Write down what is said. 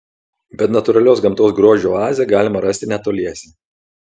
bet natūralios gamtos grožio oazę galima rasti netoliese